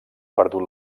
perdut